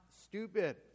stupid